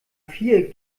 vier